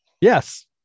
Yes